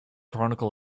chronicle